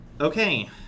Okay